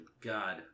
God